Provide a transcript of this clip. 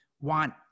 want